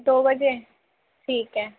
دو بجے ٹھیک ہے